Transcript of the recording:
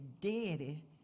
daddy